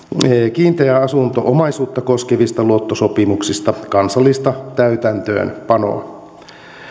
kiinteää asunto omaisuutta koskevista luottosopimuksista kansallista täytäntöönpanoa